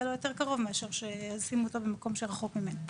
לו יותר קרוב משישימו אותו במקום שרחוק ממנו.